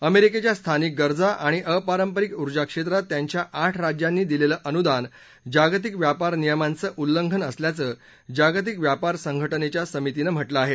अमेरिकेच्या स्थानिक गरजा आणि अपारंपरिक उर्जा क्षेत्रात त्यांच्या आठ राज्यांनी दिलेलं अनुदान जागतिक व्यापार नियमांच उल्लंघन असल्याचं जागतिक व्यापार संघटनेच्या समितीनं म्हटलं आहे